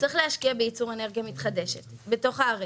צריך להשקיע בייצור אנרגיה מתחדשת בתוך הערים.